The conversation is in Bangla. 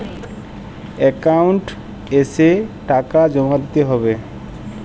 একাউন্ট এসে টাকা জমা দিতে হবে?